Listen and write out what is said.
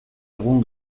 egun